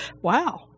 wow